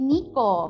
Nico